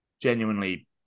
genuinely